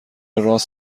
راس